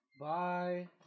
bye